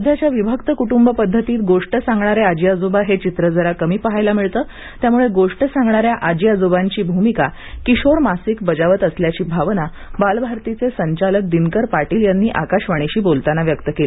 सध्याच्या विभक्त कुटुंबपद्धतीत गोष्ट सांगणारे आजी आजोबा हे चित्र जरा कमी बघायला मिळत त्यामुळे गोष्ट सांगणाऱ्या आजी आजोबांची भूमिका किशोर मासिक बजावत असल्याची भावना बालभारतीचे संचालक दिनकर पाटील यांनी आकाशवाणीशी बोलताना व्यक्त केली